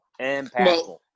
impactful